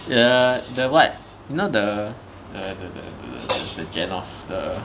ya the what you know the the the the the genoese the